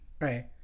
Right